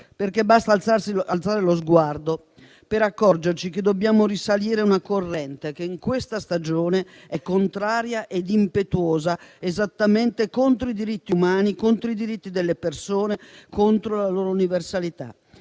Basta alzare lo sguardo infatti per accorgersi che dobbiamo risalire una corrente che in questa stagione è contraria ed impetuosa, esattamente contro i diritti umani, contro i diritti delle persone, contro la loro universalità